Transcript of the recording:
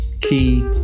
key